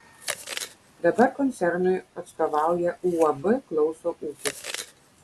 dabar koncernui atstovauja uab klauso ūkis